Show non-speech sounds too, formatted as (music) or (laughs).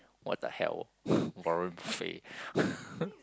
what the hell (breath) Warren-Buffet (laughs)